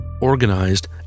organized